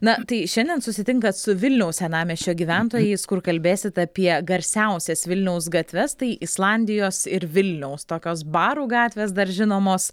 na tai šiandien susitinkat su vilniaus senamiesčio gyventojais kur kalbėsit apie garsiausias vilniaus gatves tai islandijos ir vilniaus tokios barų gatvės dar žinomos